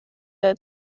der